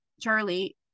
Charlie